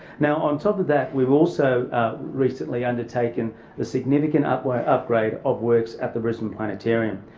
now on top of that we've also recently undertaken a significant upgrade upgrade of works at the brisbane planetarium.